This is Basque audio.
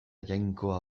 jainkoa